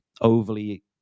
overly